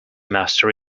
master